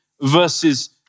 verses